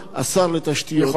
הם יכולים לבוא לוועדה מוכנים.